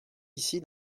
ici